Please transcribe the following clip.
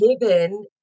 given